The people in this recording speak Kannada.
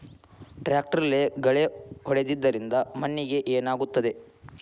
ಟ್ರಾಕ್ಟರ್ಲೆ ಗಳೆ ಹೊಡೆದಿದ್ದರಿಂದ ಮಣ್ಣಿಗೆ ಏನಾಗುತ್ತದೆ?